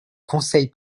conseil